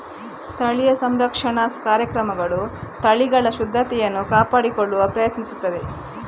ಸ್ಥಳೀಯ ಸಂರಕ್ಷಣಾ ಕಾರ್ಯಕ್ರಮಗಳು ತಳಿಗಳ ಶುದ್ಧತೆಯನ್ನು ಕಾಪಾಡಿಕೊಳ್ಳಲು ಪ್ರಯತ್ನಿಸುತ್ತಿವೆ